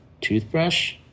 toothbrush